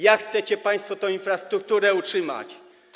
Jak chcecie państwo tę infrastrukturę utrzymać?